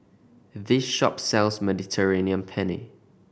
this shop sells Mediterranean Penne